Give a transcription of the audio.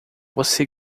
você